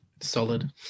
solid